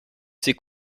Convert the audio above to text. ses